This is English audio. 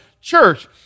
church